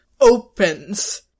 opens